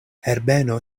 herbeno